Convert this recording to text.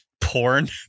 porn